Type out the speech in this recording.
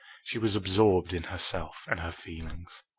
she was absorbed in herself and her feelings.